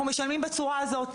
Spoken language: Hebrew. אנחנו משלמים בצורה הזו.